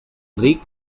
ric